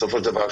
בסופו של דבר,